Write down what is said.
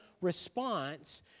response